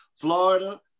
Florida